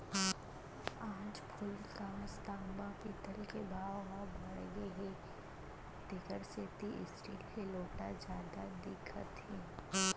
आज फूलकांस, तांबा, पीतल के भाव ह बाड़गे गए हे तेकर सेती स्टील के लोटा जादा दिखत हे